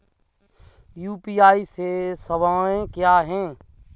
UPI सवायें क्या हैं?